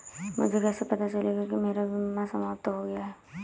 मुझे कैसे पता चलेगा कि मेरा बीमा समाप्त हो गया है?